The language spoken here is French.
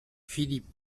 philippe